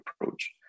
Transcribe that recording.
approach